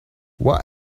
what